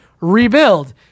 rebuild